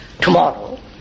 tomorrow